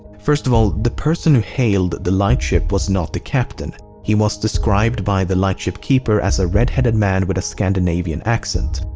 first of all, the person who hailed the lightship was not the captain. he was described by the lightship keeper as a red-headed man with a scandinavian accent.